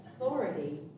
authority